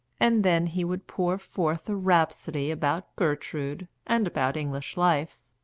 and then he would pour forth a rhapsody about gertrude, and about english life,